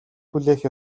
хүлээх